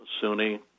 Sunni